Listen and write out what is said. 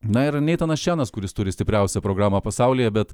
na ir neitanas čenas kuris turi stipriausią programą pasaulyje bet